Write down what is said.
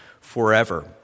forever